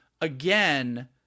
Again